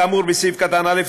כאמור בסעיף קטן (א),